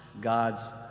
God's